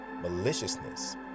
maliciousness